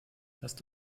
lasst